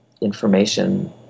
information